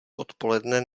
odpoledne